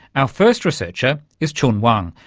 our first researcher is chun wang,